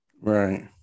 right